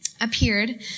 appeared